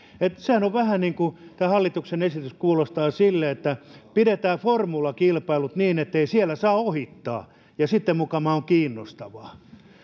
vähän tämä hallituksen esitys kuulostaa sille että pidetään formulakilpailut niin ettei siellä saa ohittaa ja sitten mukamas on kiinnostavaa